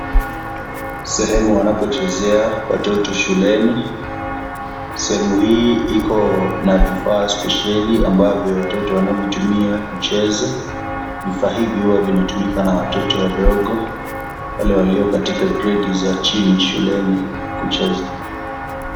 Sehemu wanapochezea watoto shuleni. Sehemu hii iko na vifaa spesheli ambavyo watoto wanavitumia kucheza. Vivaa hivi huwa vinatumika na watoto wadogo, wale walio katikati gredi za chini shuleni kucheza.